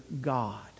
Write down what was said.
God